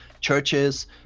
churches